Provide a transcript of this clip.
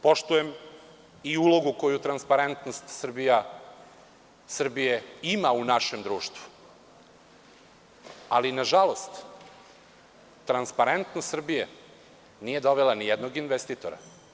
Poštujem i ulogu koju „Transparentnost Srbije“ ima u našem društvu, ali, nažalost, „Transparentnost Srbije“ nije dovela ni jednog investitora.